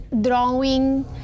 drawing